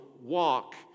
walk